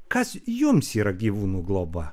kas jums yra gyvūnų globa